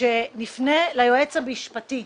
שנפנה ליועץ המשפטי,